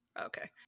Okay